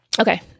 okay